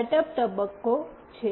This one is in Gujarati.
આ સેટ અપ તબક્કો છે